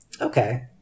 Okay